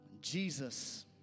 Jesus